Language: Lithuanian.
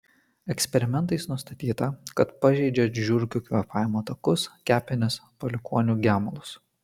eksperimentais nustatyta kad pažeidžia žiurkių kvėpavimo takus kepenis palikuonių gemalus